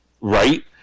Right